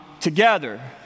together